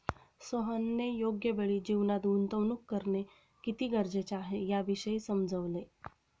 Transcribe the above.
सोहनने योग्य वेळी जीवनात गुंतवणूक करणे किती गरजेचे आहे, याविषयी समजवले